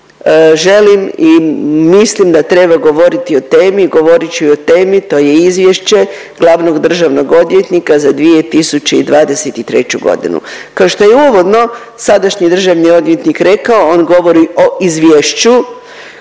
želim i mislim da treba govoriti o temi, govorit ću i o temi, to je Izvješće glavnog državnog odvjetnika za 2023.g.. Kao što je i uvodno sadašnji državni odvjetnik rekao, on govori o izvješću